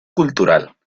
cultural